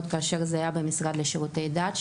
עוד כאשר זה היה במשרד לשירותי דת,